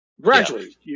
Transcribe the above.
gradually